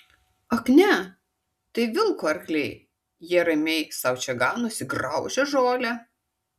ak ne tai vilko arkliai jie ramiai sau čia ganosi graužia žolę